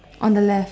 on the left